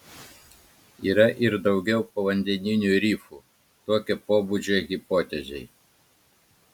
yra ir daugiau povandeninių rifų tokio pobūdžio hipotezei